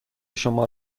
شما